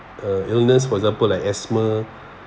uh illness for example like asthma